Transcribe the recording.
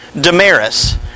Damaris